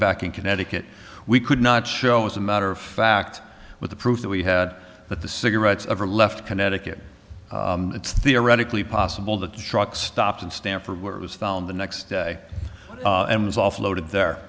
back in connecticut we could not show as a matter of fact with the proof that we had that the cigarettes ever left connecticut it's theoretically possible the truck stopped in stamford where it was found the next day and was offloaded there